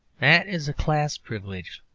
that is a class privilege,